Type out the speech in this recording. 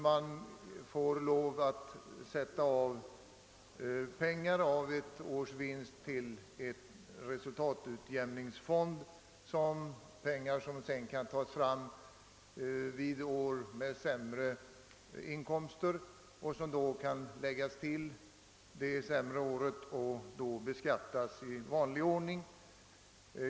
Man får lov att sätta av pengar från ett års vinst till en resultatutjämningsfond, pengar som sedan kan tas fram under år med sämre inkomster och som då kan läggas till inkomsten under dessa sämre år och beskattas i vanlig ordning.